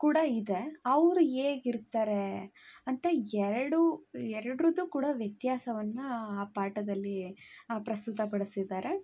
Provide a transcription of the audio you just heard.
ಕೂಡ ಇದೆ ಅವ್ರು ಹೇಗಿರ್ತಾರೆ ಅಂತ ಎರಡೂ ಎರಡರದ್ದೂ ಕೂಡ ವ್ಯತ್ಯಾಸವನ್ನು ಆ ಪಾಠದಲ್ಲಿ ಪ್ರಸ್ತುತ ಪಡಿಸಿದ್ದಾರೆ